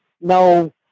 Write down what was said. no